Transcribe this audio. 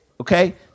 Okay